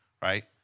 right